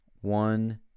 One